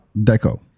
Deco